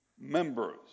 members